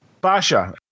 Basha